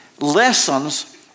lessons